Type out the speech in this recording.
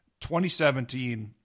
2017